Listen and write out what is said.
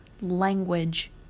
language